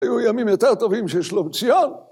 ‫היו ימים יותר טובים של שלומציון.